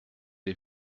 est